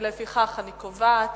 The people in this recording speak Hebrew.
לפיכך אני קובעת